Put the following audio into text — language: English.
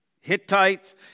Hittites